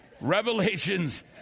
Revelations